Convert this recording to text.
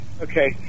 Okay